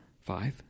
five